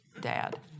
dad